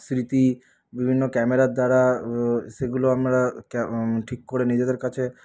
স্মৃতি বিভিন্ন ক্যামেরার দ্বারা সেগুলো আমরা ঠিক করে নিজেদের কাছে